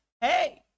hey